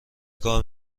کار